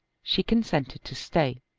she consented to stay.